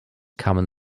kamen